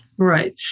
Right